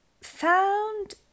found